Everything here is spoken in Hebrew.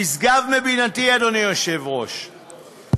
נשגב מבינתי, אדוני היושב-ראש.